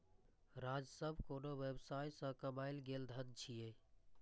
राजस्व कोनो व्यवसाय सं कमायल गेल धन छियै